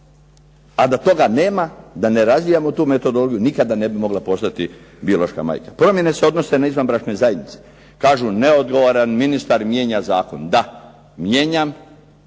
A da toga nema, da ne razvijamo tu metodologiju nikada ne bi mogla postati biološka majka. Promjene se odnose na izvanbračne zajednice. Kažu neodgovoran ministar mijenja zakon? Da. Mijenjam